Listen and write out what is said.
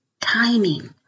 timing